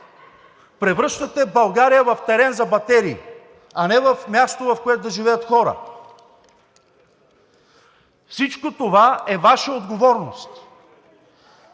Превръщате България в терен за батерии, а не в място, в което да живеят хора. Всичко това е Ваша отговорност.